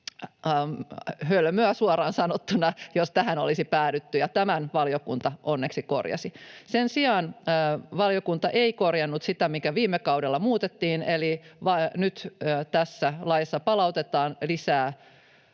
hölmöä suoraan sanottuna, jos tähän olisi päädytty, ja tämän valiokunta onneksi korjasi. Sen sijaan valiokunta ei korjannut sitä, mikä viime kaudella muutettiin, eli nyt tässä laissa palautetaan lisää